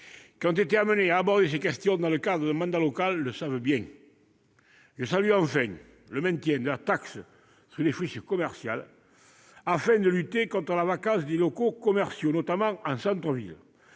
qui ont été amenés à aborder ces questions dans le cadre d'un mandat local le savent bien. Je salue enfin le maintien de la taxe sur les friches commerciales, afin de lutter contre la vacance des locaux commerciaux, notamment en centre-ville,